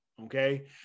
Okay